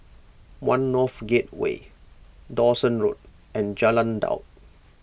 one North Gateway Dawson Road and Jalan Daud